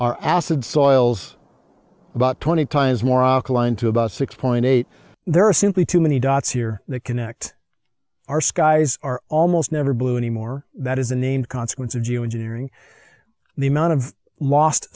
soils about twenty times more alkaline to about six point eight there are simply too many dots here that connect our skies are almost never blue anymore that is a named consequence of geo engineering the amount of lost